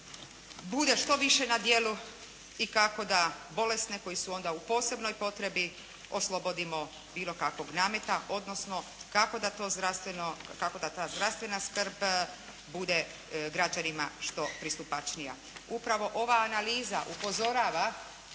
bude što više na djelu i kako da bolesne koji su onda u posebnoj potrebi oslobodimo bilo kakvog nameta odnosno kako da ta zdravstvena skrb bude građanima što pristupačnija. Upravo ova analiza upozorava